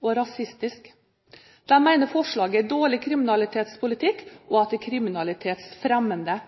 og rasistisk. De mener forslaget er dårlig kriminalpolitikk, og at det er kriminalitetsfremmende.